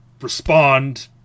respond